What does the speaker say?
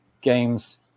games